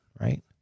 right